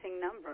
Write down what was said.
number